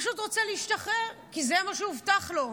יפה, הוא פשוט רוצה להשתחרר, כי זה מה שהובטח לו,